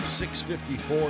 6.54